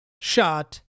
shot